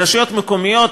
לרשויות מקומיות,